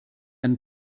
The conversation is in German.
ein